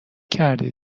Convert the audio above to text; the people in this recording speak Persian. کردی